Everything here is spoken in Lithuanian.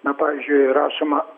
na pavyzdžiui rašoma